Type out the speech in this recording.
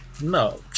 No